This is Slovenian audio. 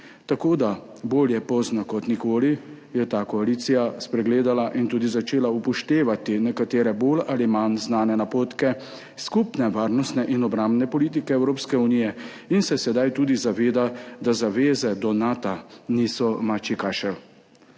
tako da je, bolje pozno kot nikoli, ta koalicija spregledala in tudi začela upoštevati nekatere bolj ali manj znane napotke skupne varnostne in obrambne politike Evropske unije in se sedaj tudi zaveda, da zaveze do Nata niso mačji kašelj.